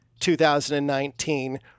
2019